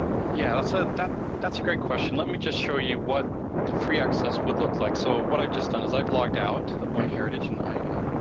yeah, so that's a great question. let me just show you what the pre access would look like, so what i've just done is i've logged out of myheritage and i,